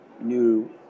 new